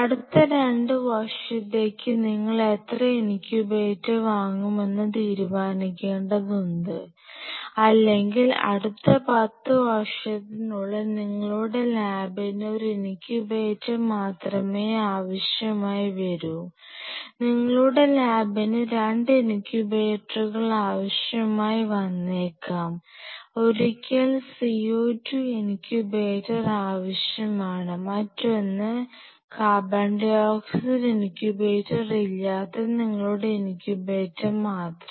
അടുത്ത 2 വർഷത്തേക്ക് നിങ്ങൾ എത്ര ഇൻക്യൂബേറ്റർ വാങ്ങുമെന്ന് തീരുമാനിക്കേണ്ടതുണ്ട് അല്ലെങ്കിൽ അടുത്ത 10 വർഷത്തിനുള്ളിൽ നിങ്ങളുടെ ലാബിന് ഒരു ഇൻക്യൂബേറ്റർ മാത്രമേ ആവശ്യമായി വരൂ നിങ്ങളുടെ ലാബിന് 2 ഇൻകുബേറ്ററുകൾ ആവശ്യമായി വന്നേക്കാം ഒരിക്കൽ CO2 ഇൻക്യൂബേറ്റർ ആവശ്യമാണ് മറ്റൊന്ന് CO2 ഇൻകുബേറ്ററില്ലാതെ നിങ്ങളുടെ ഇൻകുബേറ്റർ മാത്രം